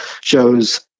shows